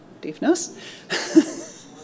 deafness